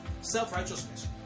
self-righteousness